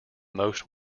most